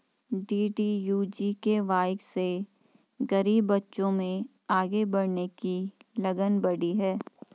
DDU GKY से गरीब बच्चों में आगे बढ़ने की लगन बढ़ी है